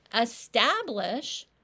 establish